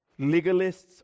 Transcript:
Legalists